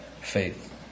faith